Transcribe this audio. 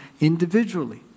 Individually